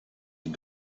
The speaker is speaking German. die